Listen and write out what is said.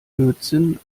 lötzinn